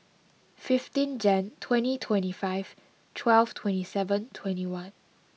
fifteen Jan twenty twenty five twelve twenty seven twenty one